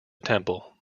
temple